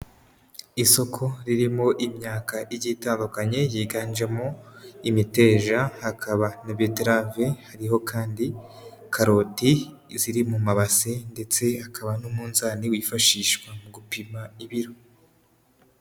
Isoko ririmo imyaka igiye itandukanye yiganjemo imiteja, hakaba na beterave, hariho kandi karoti ziri mu mabase ndetse hakaba n'umunzani wifashishwa mu gupima ibiro.